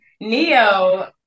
Neo